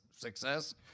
success